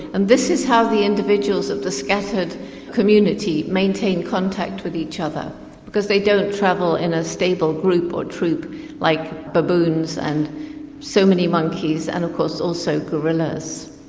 and this is how the individuals of the scattered community maintain contact with each other because they don't travel in a stable group or troupe like baboons and so many monkeys and of course also gorillas.